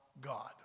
God